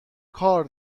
کار